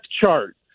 chart